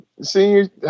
senior